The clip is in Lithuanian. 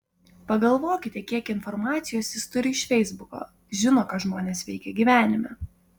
pagalvokite kiek informacijos jis turi iš feisbuko žino ką žmonės veikia gyvenime